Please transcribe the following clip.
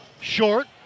Short